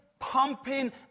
pumping